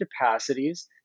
capacities